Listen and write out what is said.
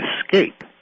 escape